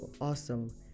awesome